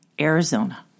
Arizona